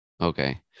Okay